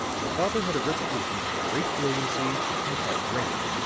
the father had a reputation for great brilliancy and hard drinking.